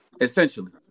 essentially